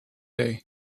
day